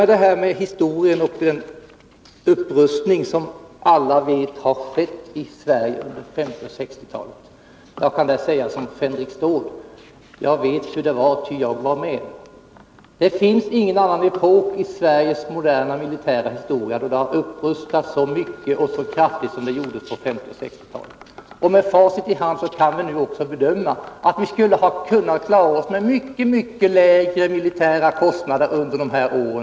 När det gäller historieskrivningen och den upprustning som alla vet har skett i Sverige under 1950 och 1960-talen kan jag säga som fänrik Stål: Jag vet hur det var, ”ty jag var med”. Det finns ingen annan epok i Sveriges moderna historia då det har upprustats så mycket och så kraftigt som det gjordes under 1950 och 1960-talen. Med facit i hand kan vi nu också bedöma att vi skulle ha kunnat klara oss med mycket lägre militära kostnader under dessa år.